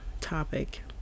topic